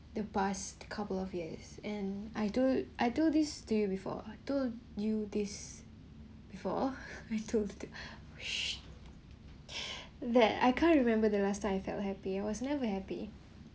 the past couple of years and I told I told this to you before told you this before I told that I can't remember the last time I felt happier I was never happy